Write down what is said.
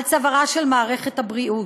על צווארה של מערכת הבריאות.